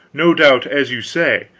no doubt, as you say,